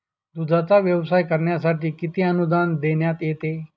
दूधाचा व्यवसाय करण्यासाठी किती अनुदान देण्यात येते?